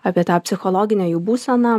apie tą psichologinę jų būseną